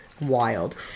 wild